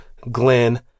Glenn